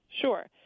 Sure